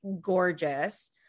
gorgeous